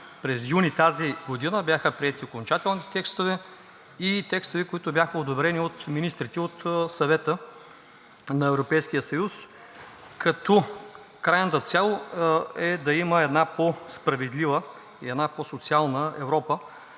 през юни тази година бяха приети окончателните текстове и текстове, които бяха одобрени от министрите от Съвета на Европейския съюз, като крайната цел е да има една по-справедлива и по-социална Европа.